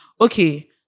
okay